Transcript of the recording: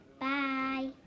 bye